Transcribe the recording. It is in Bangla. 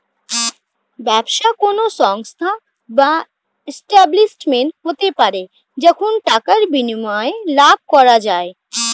ব্যবসা কোন সংস্থা বা এস্টাব্লিশমেন্ট হতে পারে যেখানে টাকার বিনিময়ে লাভ করা যায়